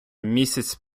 місяць